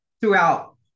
throughout